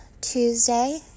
tuesday